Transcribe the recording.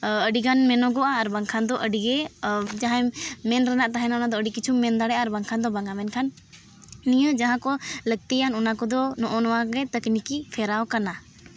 ᱟᱹᱰᱤᱜᱟᱱ ᱢᱮᱱᱚᱜᱚᱜᱼᱟ ᱟᱨ ᱵᱟᱝᱠᱷᱟᱱ ᱫᱚ ᱟᱹᱰᱤᱜᱮ ᱡᱟᱦᱟᱸᱭ ᱢᱮᱱ ᱨᱮᱱᱟᱜ ᱛᱟᱦᱮᱱᱟ ᱚᱱᱟᱫᱚ ᱟᱹᱰᱤ ᱠᱤᱪᱷᱩᱢ ᱢᱮᱱ ᱫᱟᱲᱮᱭᱟᱜᱼᱟ ᱵᱟᱠᱷᱟᱱ ᱫᱚ ᱵᱟᱝᱟ ᱢᱮᱱᱠᱷᱟᱱ ᱱᱤᱭᱟᱹ ᱡᱟᱦᱟᱸ ᱠᱚ ᱞᱟᱹᱠᱛᱤᱭᱟ ᱚᱱᱟ ᱠᱚᱫᱚ ᱱᱚᱜᱼᱚ ᱱᱟ ᱜᱮ ᱛᱟᱠᱱᱤᱠᱤ ᱯᱷᱮᱨᱟᱣ ᱠᱟᱱᱟ